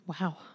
Wow